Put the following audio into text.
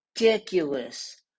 ridiculous